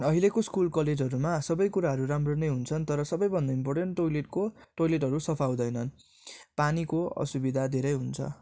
अहिलेको स्कुल कलेजहरूमा सबै कुराहरू राम्रो नै हुन्छन् तर सबैभन्दा इम्पोर्टेन टोइलेटको टोइलेटहरू सफा हुँदैनन् पानीको असुबिधा धेरै हुन्छ